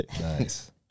Nice